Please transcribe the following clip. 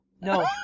no